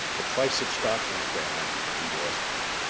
the price of stock went down and we lost money.